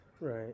right